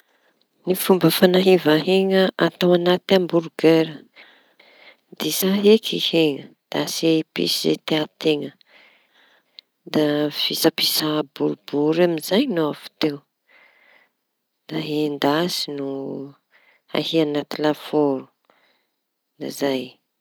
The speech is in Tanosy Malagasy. Ny fomba fañahiva heña atao añaty hamborgera disa eky heña. Da asia episy zay tia teña da ahia fisapisaha boribory amizay nofa avy teo. Da endasy, ahia añaty lafôro da zay.